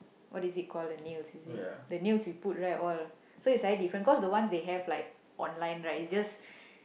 what is it called the nails is it the nails you put right all so it's slightly different cause the ones they have like online right is just